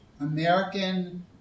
American